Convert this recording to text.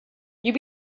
you